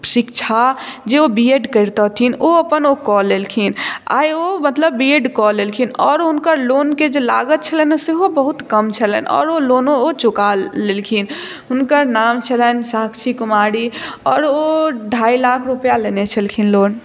शिक्षा जे ओ बी एड करितथिन ओ अपन ओ कऽ लेलखिन आइ ओ मतलब बी एड कऽ लेलखिन आओर हुनकर लोन केँ जे लागत छलनि सेहो बहुत कम छलनि आओर ओ लोनो ओ चुका लेलखिन हुनकर नाम छलनि शाक्षी कुमारी आओर ओ ढाई लाख रुपया लेने छलखिन लोन